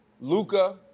Luca